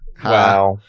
Wow